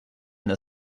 the